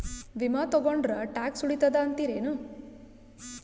ವಿಮಾ ತೊಗೊಂಡ್ರ ಟ್ಯಾಕ್ಸ ಉಳಿತದ ಅಂತಿರೇನು?